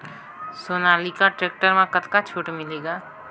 Sonalika tractor म कतका छूट मिलही ग?